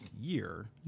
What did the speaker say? year